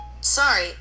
sorry